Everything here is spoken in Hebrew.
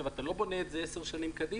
ואתה לא בונה את זה רק עשר שנים קדימה.